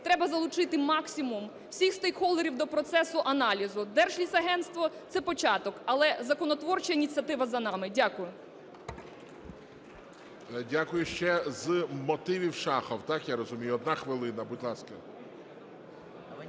треба залучити максимум всіх стейкхолдерів до процесу аналізу. Держлісагентство – це початок, але законотворча ініціатива за нами. Дякую. ГОЛОВУЮЧИЙ. Дякую. Ще з мотивів Шахов, так, я розумію? Одна хвилина, будь ласка.